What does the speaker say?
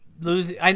losing